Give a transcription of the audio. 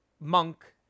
Monk